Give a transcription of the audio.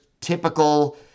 typical